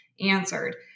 answered